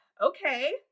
okay